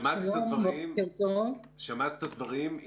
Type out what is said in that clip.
שמעת את הדברים.